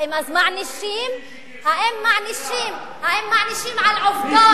האם מענישים על עובדות,